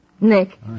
Nick